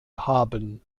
haben